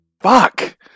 Fuck